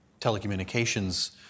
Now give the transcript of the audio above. Telecommunications